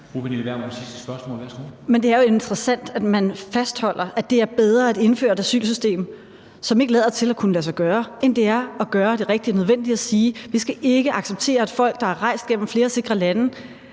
det er jo interessant, at man fastholder, at det er bedre at indføre et asylsystem, som ikke lader til at kunne lade sig gøre, end det er at gøre det rigtige og det nødvendige og sige: Vi skal ikke acceptere, at folk, der har rejst gennem flere sikre lande,